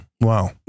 Wow